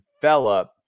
develop